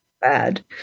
bad